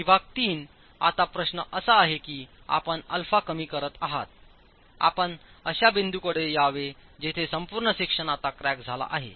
विभाग 3 आता प्रश्न असा आहे की आपण α कमी करत आहातआपण अशा बिंदूकडे यावे जेथे संपूर्ण सेक्शन आता क्रॅक झाला आहे